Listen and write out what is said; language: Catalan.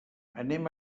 anem